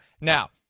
Now